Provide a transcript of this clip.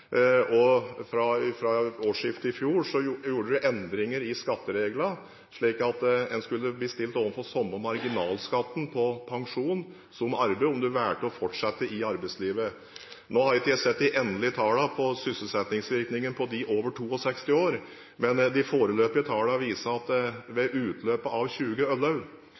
og fra årsskiftet i fjor gjorde vi endringer i skattereglene, slik at en skulle bli stilt overfor den samme marginalskatten på pensjon som på arbeid, om du valgte å fortsette i arbeidslivet. Nå har ikke jeg sett de endelige tallene på sysselsettingsvirkningene for dem over 62 år, men de foreløpige tallene viser at ved utløpet av